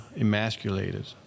emasculated